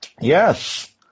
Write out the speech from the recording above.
Yes